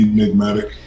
Enigmatic，